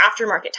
aftermarket